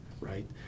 right